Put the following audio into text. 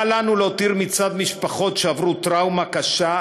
אל לנו להותיר בצד משפחות שעברו טראומה קשה,